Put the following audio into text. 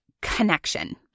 connection